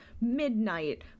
midnight